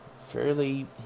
fairly